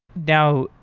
now,